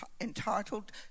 entitled